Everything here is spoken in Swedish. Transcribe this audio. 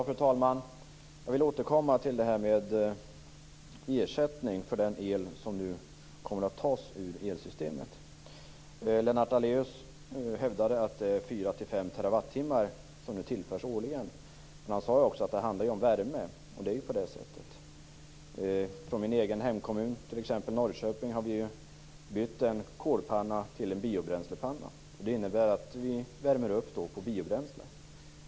Fru talman! Jag vill återkomma till frågan om ersättning för den el som nu kommer att tas bort från elsystemet. Lennart Daléus hävdade att det nu tillförs årligen 4-5 TWh. Han sade också att det handlar om värme. Det är på det sättet. I t.ex. min egen hemkommun Norrköping har vi bytt en kolpanna till en biobränslepanna. Det innebär att vi värmer upp med biobränslen.